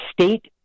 state